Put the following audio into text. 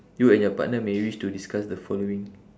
you and your partner may wish to discuss the following